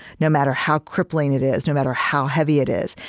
no matter how crippling it it is, no matter how heavy it is,